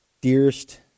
dearest